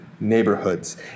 Neighborhoods